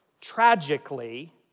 tragically